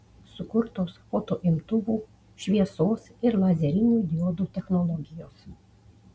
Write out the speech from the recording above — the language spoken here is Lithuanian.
sukurtos fotoimtuvų šviesos ir lazerinių diodų technologijos